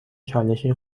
چالشی